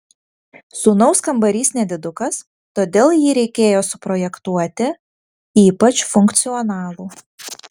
sūnaus kambarys nedidukas todėl jį reikėjo suprojektuoti ypač funkcionalų